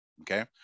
okay